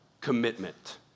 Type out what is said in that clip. commitment